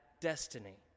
destiny